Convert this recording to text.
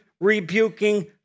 rebuking